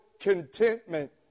contentment